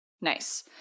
Nice